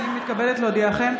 אני מתכבדת להודיעכם,